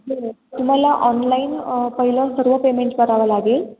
हो तुम्हाला ऑनलाईन पहिलं सर्व पेमेंट करावं लागेल